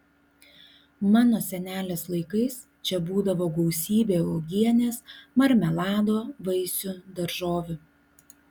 mano senelės laikais čia būdavo gausybė uogienės marmelado vaisių daržovių